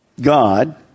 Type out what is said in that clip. God